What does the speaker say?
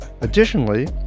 Additionally